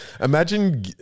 Imagine